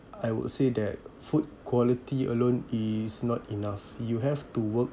I would say that food quality alone is not enough you have to work